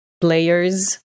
players